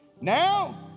Now